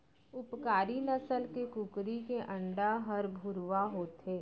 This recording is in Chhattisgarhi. उपकारी नसल के कुकरी के अंडा हर भुरवा होथे